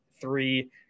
three